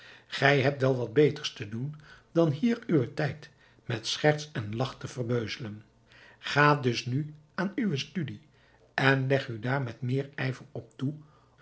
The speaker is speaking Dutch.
gij hebt wel wat beters te doen dan hier uwen tijd met scherts en lach te verbeuzelen ga dus nu aan uwe studie en leg u daar met meer ijver op toe